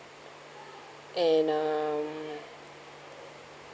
and um